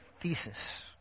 thesis